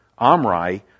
Amri